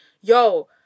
yo